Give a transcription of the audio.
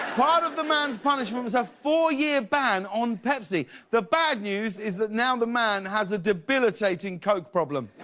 part of the man's pun shallment was a four-year ban on pepsi. the bad news is that now the man has a debilitating coke problem.